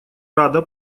рада